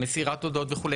מסירת הודעות וכולי,